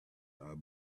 are